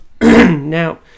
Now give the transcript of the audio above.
Now